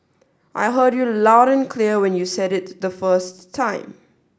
I heard you loud and clear when you said it the first time